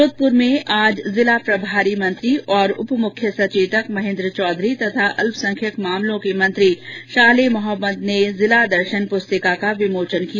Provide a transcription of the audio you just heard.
जोधंपुर में आज जिला प्रभारी मंत्री और उप मुख्य सचेतक महेन्द्र चौधरी और अल्पसंख्यक मामलों के मंत्री शाले मोहम्मद ने जिला दर्शन पुस्तिका का विमोचन किया